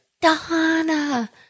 Donna